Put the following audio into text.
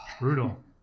Brutal